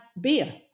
beer